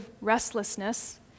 restlessness